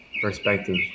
perspective